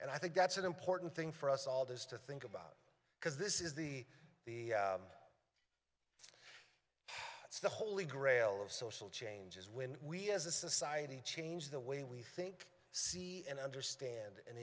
and i think that's an important thing for us all this to think about because this is the it's the holy grail of social changes when we as a society change the way we think see and understand an